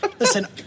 Listen